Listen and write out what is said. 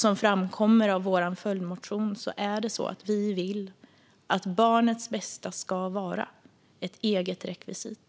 Som framkommer av vår följdmotion vill vi att barnets bästa ska vara ett eget rekvisit.